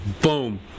Boom